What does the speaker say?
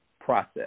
process